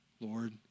Lord